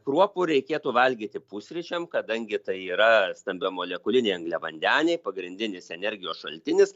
kruopų reikėtų valgyti pusryčiam kadangi tai yra stambiamolekuliniai angliavandeniai pagrindinis energijos šaltinis